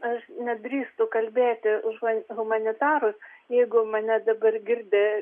aš nedrįstu kalbėti už hu humanitarus jeigu mane dabar girdi